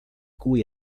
cui